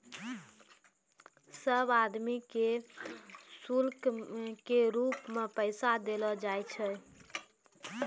सब आदमी के शुल्क के रूप मे पैसा देलो जाय छै